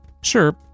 Sure